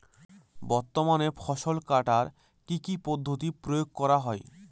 বর্তমানে ফসল কাটার কি কি পদ্ধতি প্রয়োগ করা হয়?